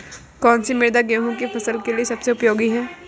कौन सी मृदा गेहूँ की फसल के लिए सबसे उपयोगी है?